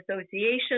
association